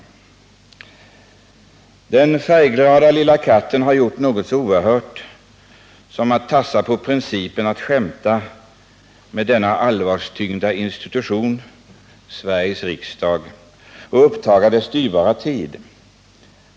Den färgglada lilla katten har gjort något så oerhört som att tassa på principerna och skämta med denna allvarstyngda institution, Sveriges riksdag, och uppta dess dyrbara tid.